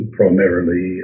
primarily